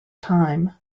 time